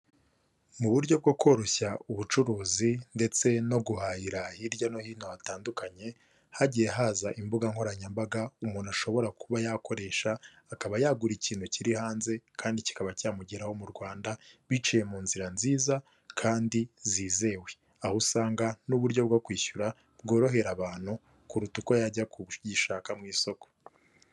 Mu buryo bwo koroshya ubucuruzi ndetse no guhahira hirya no hino hatandukanye, hagiye haza imbuga nkoranyambaga umuntu ashobora kuba yakoresha akaba yagura ikintu kiri hanze kandi kikaba cyamugeraho mu Rwanda biciye mu nzira nziza kandi zizewe, aho usanga mo uburyo bwo kwishyura bworohera abantu kuruta uko yajya kugishaka mu isoko.